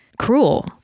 cruel